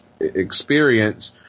experience